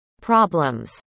problems